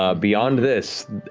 ah beyond this,